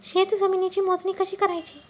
शेत जमिनीची मोजणी कशी करायची?